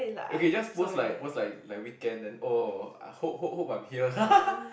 okay just most like most like like weekend then oh I hope hope hope I'm here